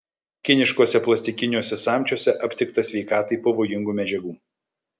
kiniškuose plastikiniuose samčiuose aptikta sveikatai pavojingų medžiagų